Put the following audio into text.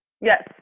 Yes